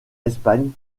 espagne